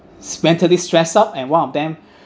mentally stressed out and one of them